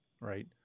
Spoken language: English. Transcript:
right